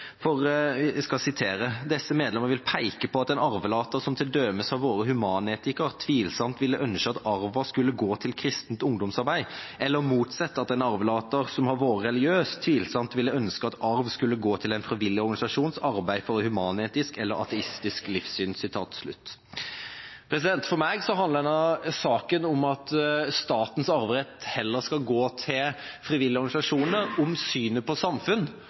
skal sitere: «Desse medlemene vil peike på at ein arvelatar som til dømes har vore humanetikar, tvilsamt ville ønskje at arva skulle gå til kristent ungdomsarbeid, eller motsett at ein arvelatar som har vore religiøs, tvilsamt ville ønskje at arv skulle gå til ein frivillig organisasjons arbeid for eit humanetisk eller ateistisk livssyn.» For meg handler denne saken om at statens arverett heller skal gå til frivillige organisasjoner, og om synet på samfunn